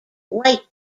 white